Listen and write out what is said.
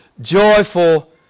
Joyful